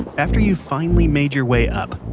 after you've finally made your way up,